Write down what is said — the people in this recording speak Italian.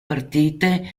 partite